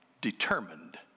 determined